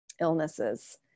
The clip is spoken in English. illnesses